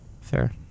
Fair